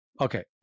Okay